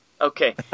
Okay